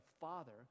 father